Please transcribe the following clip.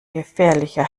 gefährlicher